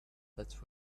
that